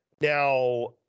now